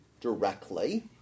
directly